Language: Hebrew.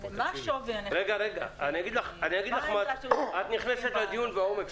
מה העמדה של --- את נכנסת לדיון בעומק,